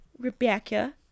Rebecca